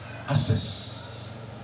Access